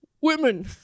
women